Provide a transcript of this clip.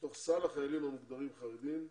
מתוך סל החיילים המוגדרים חרדים,